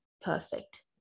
perfect